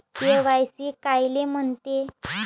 KYC कायले म्हनते?